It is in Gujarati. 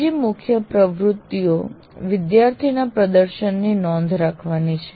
બીજી મુખ્ય પ્રવૃત્તિ વિદ્યાર્થીઓના પ્રદર્શનની નોંધ રાખવાની છે